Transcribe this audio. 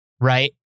right